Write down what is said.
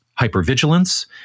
hypervigilance